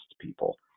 people